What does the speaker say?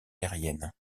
aériennes